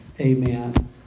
Amen